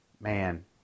Man